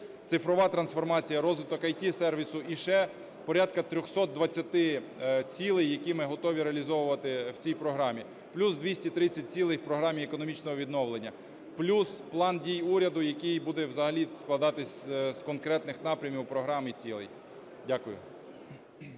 Цифрова трансформація, розвиток IT-сервісу. І ще порядку 320 цілей, які ми готові реалізовувати в цій програмі. Плюс 230 цілей в програмі економічного відновлення, плюс план дій уряду, який буде взагалі складатись з конкретних напрямів програм і цілей. Дякую.